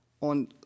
on